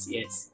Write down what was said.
Yes